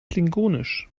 klingonisch